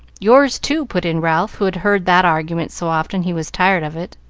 yours, too, put in ralph, who had heard that argument so often he was tired of it.